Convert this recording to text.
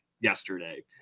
yesterday